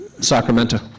Sacramento